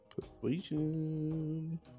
Persuasion